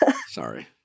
Sorry